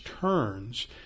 turns